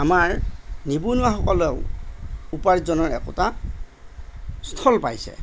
আমাৰ নিবনুৱা সকলেও উপাৰ্জনৰ একোটা স্থল পাইছে